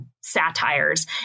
satires